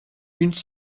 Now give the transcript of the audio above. une